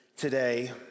today